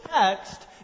text